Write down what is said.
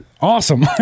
awesome